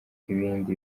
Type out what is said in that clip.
ibindi